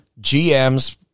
GMs